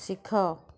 ଶିଖ